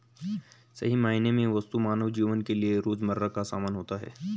सही मायने में वस्तु मानव जीवन के लिये रोजमर्रा का सामान होता है